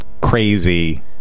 crazy